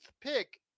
pick